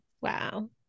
Wow